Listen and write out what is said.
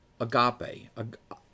agape